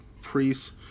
priests